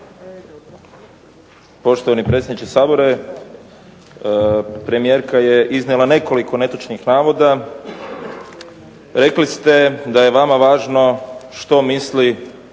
Poštovani predsjedniče Sabora, premijerka je iznijela nekoliko netočnih navoda. Rekli ste da je vama važno što misli